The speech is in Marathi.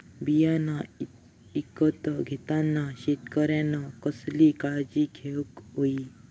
बियाणा ईकत घेताना शेतकऱ्यानं कसली काळजी घेऊक होई?